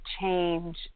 change